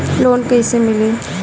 Loan कइसे मिली?